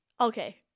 okay